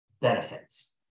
benefits